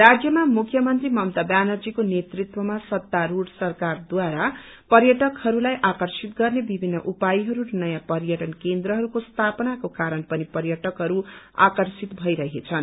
राज्यमामुख्यमंत्री ममता व्यानर्जीका नेतृत्वमा सत्तारूढ़ सरकारद्वारा पर्यटकहरूलाई आर्कषित गर्ने विभिन्न उपयहरू र नयाँ पर्यअन केन्द्रहरू स्थापासनाको कारण पनि पर्यटकहरू आर्कषित भईरहेछन्